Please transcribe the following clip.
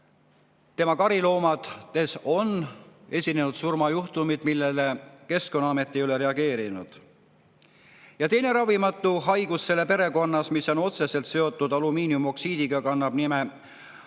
Tema kariloomade seas on esinenud surmajuhtumeid, millele Keskkonnaamet ei ole reageerinud. Teine ravimatu haigus selles perekonnas on otseselt seotud alumiiniumoksiidiga ja kannab nime